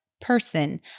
person